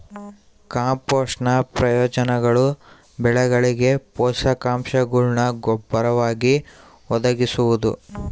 ಕಾಂಪೋಸ್ಟ್ನ ಪ್ರಯೋಜನಗಳು ಬೆಳೆಗಳಿಗೆ ಪೋಷಕಾಂಶಗುಳ್ನ ಗೊಬ್ಬರವಾಗಿ ಒದಗಿಸುವುದು